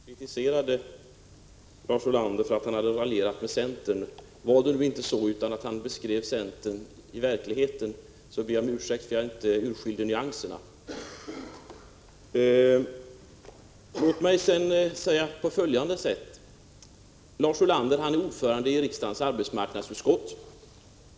Herr talman! Lars Ulander kände indignation över att jag kritiserade honom för att han hade raljerat med centern. Han säger nu att det inte var så utan att han beskrev centern i verkligheten. Jag ber då om ursäkt för att jag inte kunde urskilja nyanserna! Lars Ulander är ordförande i riksdagens arbetsmarknadsutskott.